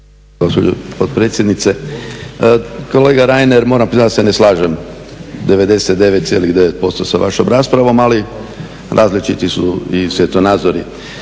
Kolega Reiner, moram priznati da se ne slažem 99,9% sa vašom raspravom, ali različiti su i svjetonazor.